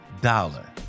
dollar